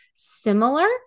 similar